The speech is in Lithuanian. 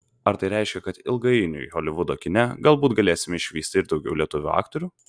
ar tai reiškia kad ilgainiui holivudo kine galbūt galėsime išvysti ir daugiau lietuvių aktorių